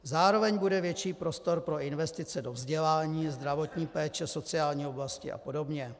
Zároveň bude větší prostor pro investice do vzdělání, zdravotní péče, sociální oblasti a podobně.